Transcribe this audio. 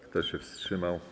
Kto się wstrzymał?